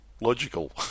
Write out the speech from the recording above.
logical